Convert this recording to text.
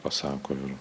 pasako ir